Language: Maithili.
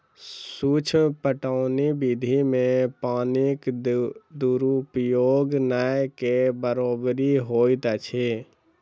सूक्ष्म पटौनी विधि मे पानिक दुरूपयोग नै के बरोबरि होइत अछि